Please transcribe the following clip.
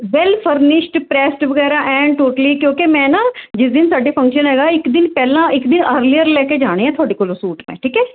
well furnished pressed ਵਗੈਰਾ and totally ਕਿਉਂਕਿ ਮੈਂ ਨਾ ਜਿਸ ਦਿਨ ਸਾਡੇ ਫੰਕਸ਼ਨ ਹੈਗਾ ਇੱਕ ਦਿਨ ਪਹਿਲਾਂ ਇੱਕ ਦਿਨ ਅਰਲੀਅਰ ਲੈ ਕੇ ਜਾਣੇ ਆ ਤੁਹਾਡੇ ਕੋਲੋਂ ਸੂਟ ਮੈਂ ਠੀਕ ਹੈ